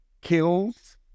kills